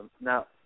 Now